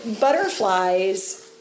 butterflies